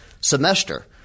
semester